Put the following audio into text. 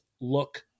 look